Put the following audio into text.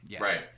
right